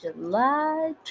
July